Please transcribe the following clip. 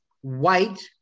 white